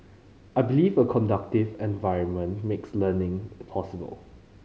I believe a conducive environment makes learning possible